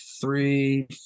three